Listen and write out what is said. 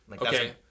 Okay